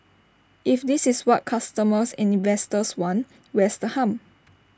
if this is what customers and investors want where's the harm